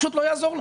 פשוט לא יעזור לה.